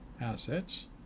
assets